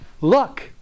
look